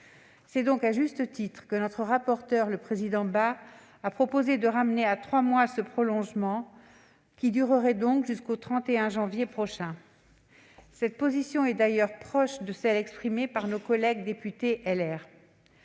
C'est donc à juste titre que notre rapporteur, le président Bas, a proposé de ramener à trois mois ce prolongement, qui durerait donc jusqu'au 31 janvier prochain. Cette position est d'ailleurs proche de celle exprimée par nos collègues députés du